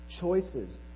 Choices